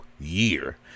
year